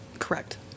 Correct